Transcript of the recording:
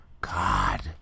god